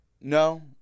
No